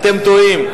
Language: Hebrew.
אתם טועים.